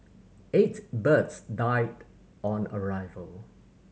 eight birds died on arrival